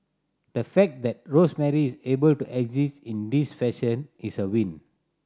the fact that Rosemary is able to exit in this fashion is a win